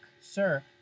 Sir